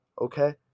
Okay